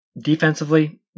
Defensively